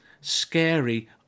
scary